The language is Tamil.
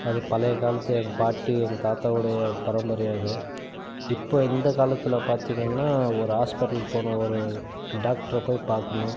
அது பழைய காலத்து எங்கள் பாட்டி எங்கள் தாத்தா உடைய பாரம்பரியம் இது இப்போ இந்த காலத்தில் பார்த்திங்கன்னா ஒரு ஹாஸ்பிட்டலுக்கு போகணும் ஒரு டாக்டரை போய் பார்க்கணும்